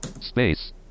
space